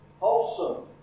Wholesome